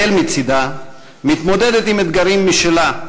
ישראל מצדה מתמודדת עם אתגרים משלה.